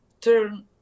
turn